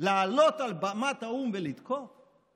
לעלות על במת האו"ם ולתקוף אותם?